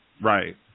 Right